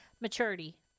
Maturity